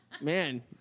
Man